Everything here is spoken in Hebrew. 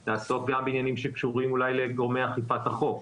היא תעסוק גם בעניינים שקשורים אולי לגורמי אכיפת החוק.